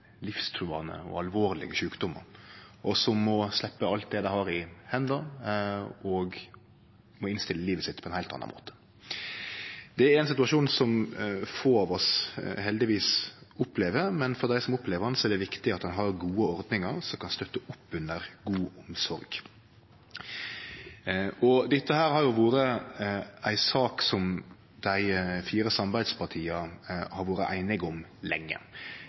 livstruande og alvorlege sjukdomar, og som må sleppe alt det dei har i hendene og innstille livet sitt på ein heilt annan måte. Det er ein situasjon som heldigvis få av oss opplever, men for dei som opplever han, er det viktig at ein har gode ordningar som kan støtte opp under god omsorg. Dette er ei sak som dei fire samarbeidspartia har vore einige om lenge.